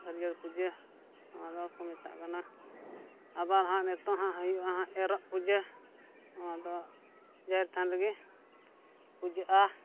ᱦᱟᱹᱨᱭᱟᱹᱲ ᱯᱩᱡᱟᱹ ᱚᱱᱟ ᱫᱚᱠᱚ ᱢᱮᱛᱟᱜ ᱠᱟᱱᱟ ᱟᱵᱟᱨ ᱱᱟᱦᱟᱜ ᱱᱤᱛᱚᱜ ᱱᱟᱦᱟᱜ ᱦᱩᱭᱩᱜᱼᱟ ᱱᱟᱦᱟᱜ ᱮᱨᱚᱜ ᱯᱩᱡᱟᱹ ᱱᱚᱣᱟᱫᱚ ᱡᱟᱦᱮᱨ ᱛᱷᱟᱱ ᱨᱮᱜᱮ ᱯᱩᱡᱟᱹᱜᱼᱟ